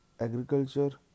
agriculture